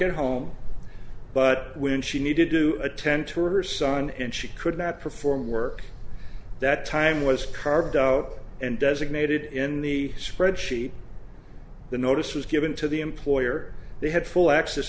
at home but when she needed to attend to her son and she could not perform work that time was carved out and designated in the spreadsheet the notice was given to the employer they had full access